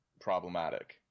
problematic